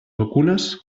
vacunes